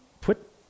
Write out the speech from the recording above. put